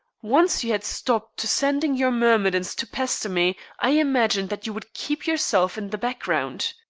once you had stooped to sending your myrmidons to pester me i imagined that you would keep yourself in the background.